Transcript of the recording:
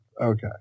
Okay